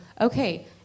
okay